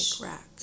rack